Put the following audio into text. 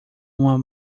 uma